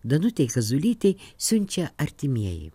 danutei kazulytei siunčia artimieji